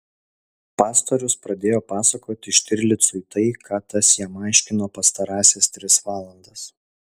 pastorius pradėjo pasakoti štirlicui tai ką tas jam aiškino pastarąsias tris valandas